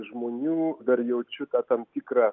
žmonių dar jaučiu tą tam tikrą